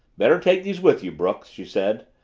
better take these with you, brooks, she said.